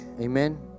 amen